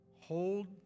Hold